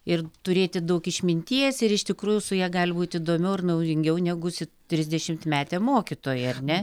ir turėti daug išminties ir iš tikrųjų su ja gali būti įdomiau ir naudingiau negu trisdešimtmete mokytoja ar ne